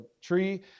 tree